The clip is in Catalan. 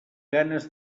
ganes